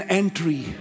entry